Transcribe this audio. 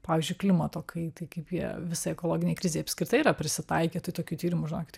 pavyzdžiui klimato kaitai kaip jie visai ekologinei krizei apskritai yra prisitaikę tai tokių tyrimų žinokit